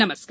नमस्कार